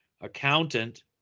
accountant